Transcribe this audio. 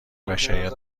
بشریت